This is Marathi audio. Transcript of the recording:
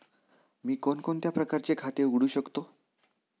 मी कोणकोणत्या प्रकारचे खाते उघडू शकतो?